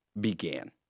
began